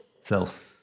self